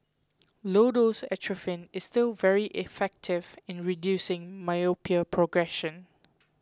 low dose atropine is still very effective in reducing myopia progression